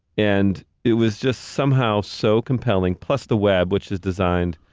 and it was just somehow so compelling, plus the web, which is designed,